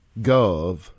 Gov